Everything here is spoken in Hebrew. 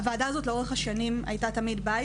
הוועדה הזאת לאורך השנים הייתה תמיד בית